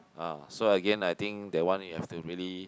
ah so again I think that one you have to really